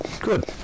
good